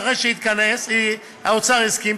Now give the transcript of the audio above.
אחרי שהאוצר הסכים,